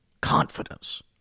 Confidence